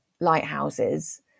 lighthouses